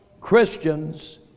Christians